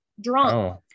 drunk